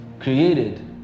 created